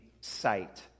sight